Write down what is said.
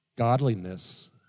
Godliness